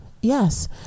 Yes